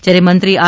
જ્યારે મંત્રી આર